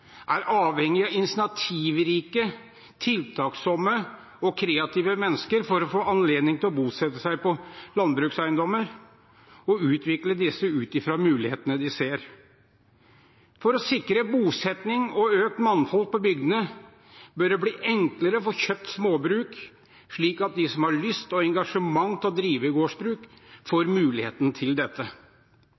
er avhengig av at initiativrike, tiltaksomme og kreative mennesker får anledning til å bosette seg på landbrukseiendommer og utvikle disse ut fra mulighetene de ser. For å sikre bosetting og økt mangfold på bygdene bør det bli enklere å få kjøpt småbruk, slik at de som har lyst og engasjement til å drive gårdsbruk, får muligheten til dette.